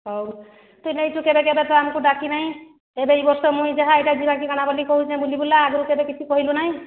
ହେଉ ତୁ ନେଉଛୁ ଯେ କେବେ ଆମକୁ ଡାକି ନାହିଁ ଏବେ ଏହି ବର୍ଷ ମୁଇଁ ଯାହା ଏଇଟା ଯିବା କି କାଣା କହୁଛୁ ବୁଲା ବୁଲି ଆଗରୁ କେବେ କିଛି କହିଲୁ ନାହିଁ